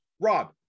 Rob